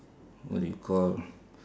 what do you call